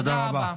תודה רבה.